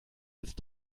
jetzt